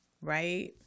right